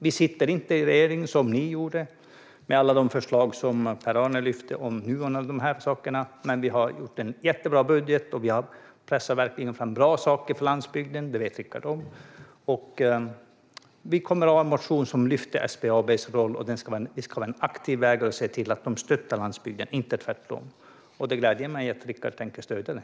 Vi sitter inte i en regering, som ni gjorde, med alla de förslag som Per-Arne lyfte fram om Nuon och annat. Men vi har gjort en jättebra budget och har verkligen pressat fram bra saker för landsbygden, och det vet Rickard. Och vi har en motion som lyfter fram SBAB:s roll att vara en aktiv ägare som stöttar landsbygden, inte tvärtom. Det gläder mig att Rickard tänker stödja den.